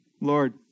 Lord